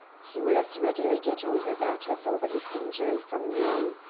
he will as readily get over that as over his injury from you.